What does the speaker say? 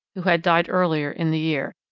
who had died earlier in the year,